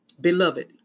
Beloved